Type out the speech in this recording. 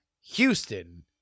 Houston